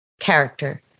character